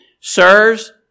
Sirs